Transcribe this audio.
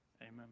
Amen